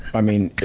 i mean,